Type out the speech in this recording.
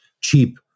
cheap